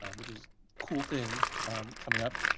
and which was cool thing coming up.